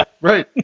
Right